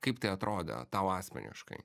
kaip tai atrodo tau asmeniškai